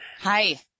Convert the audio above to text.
Hi